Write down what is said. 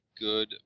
good